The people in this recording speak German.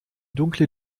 dunkle